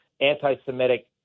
anti-Semitic